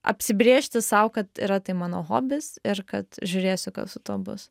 apsibrėžti sau kad yra tai mano hobis ir kad žiūrėsiu kas su tuo bus